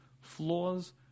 flaws